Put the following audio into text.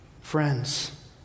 Friends